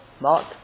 mark